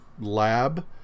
lab